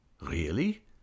Really